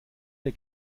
der